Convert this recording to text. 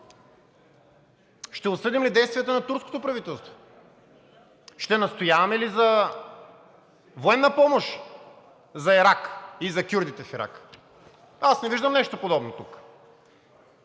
Ще осъдим ли действията на турското правителство? Ще настояваме ли за военна помощ за Ирак и за кюрдите в Ирак? Аз не виждам нещо подобно тук.